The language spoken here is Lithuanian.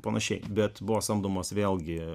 panaši bet buvo samdomos vėlgi